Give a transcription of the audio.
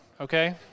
okay